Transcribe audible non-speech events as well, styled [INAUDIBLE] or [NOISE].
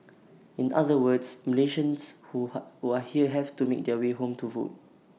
in other words Malaysians [UNINTELLIGIBLE] who are here have to make their way home to vote